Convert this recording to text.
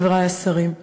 חברי השרים,